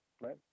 Right